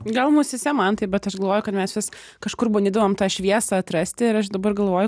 gal musyse mantai bet aš galvoju kad mes vis kažkur bandydavom tą šviesą atrasti ir aš dabar galvoju